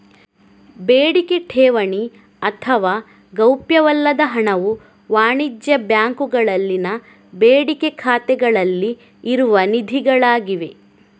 ಬೇಡಿಕೆ ಠೇವಣಿ ಅಥವಾ ಗೌಪ್ಯವಲ್ಲದ ಹಣವು ವಾಣಿಜ್ಯ ಬ್ಯಾಂಕುಗಳಲ್ಲಿನ ಬೇಡಿಕೆ ಖಾತೆಗಳಲ್ಲಿ ಇರುವ ನಿಧಿಗಳಾಗಿವೆ